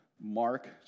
Mark